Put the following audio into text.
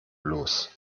los